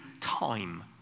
time